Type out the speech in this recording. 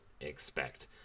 expect